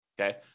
okay